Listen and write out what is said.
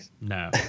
No